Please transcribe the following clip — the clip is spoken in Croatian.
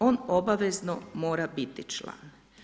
On obavezno mora biti član.